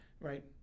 Right